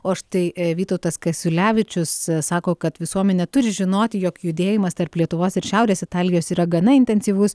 o štai vytautas kasiulevičius sako kad visuomenė turi žinoti jog judėjimas tarp lietuvos ir šiaurės italijos yra gana intensyvus